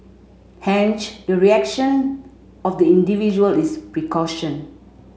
hence the reaction of the individual is precaution